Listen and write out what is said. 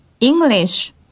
English